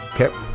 Okay